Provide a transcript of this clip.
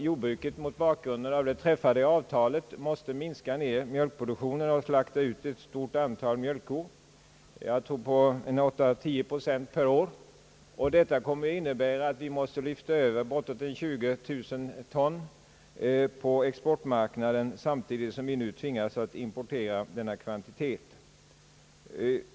Jordbruket måste mot bakgrunden av det träffade avtalet minska mjölkproduktionen och slakta ut ett stort antal mjölkkor — jag vill erinra mig att det gäller 83—10 procent per år av beståndet. Detta kommer att innebära att vi måste lyfta över bortåt 20000 ton kött på exportmarknaden, samtidigt som vi nu tvingas importera den aktuella kvantiteten.